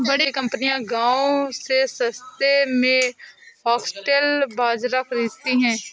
बड़ी कंपनियां गांव से सस्ते में फॉक्सटेल बाजरा खरीदती हैं